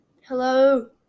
Hello